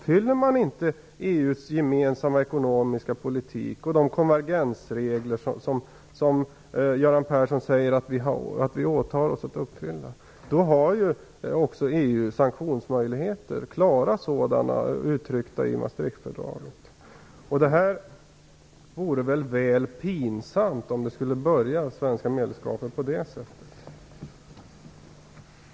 Följer man inte EU:s gemensamma ekonomiska politik och de konvergensregler som Göran Persson säger att vi åtar oss att följa, då har ju EU klara sanktionsmöjligheter uttryckta i Maastrichtfördraget. Det vore litet väl pinsamt om det svenska medlemskapet skulle börja på det sättet.